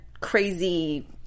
crazy